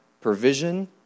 provision